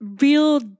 Real